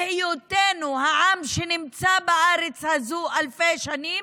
בהיותנו העם שנמצא בארץ הזאת אלפי שנים.